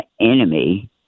enemy